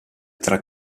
tra